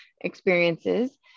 experiences